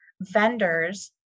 vendors